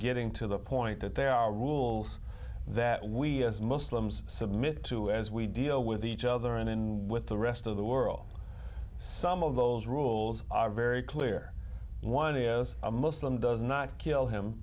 getting to the point that there are rules that we as muslims submit to as we deal with each other and in with the rest of the world some of those rules are very clear one ias a muslim does not kill him